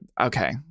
okay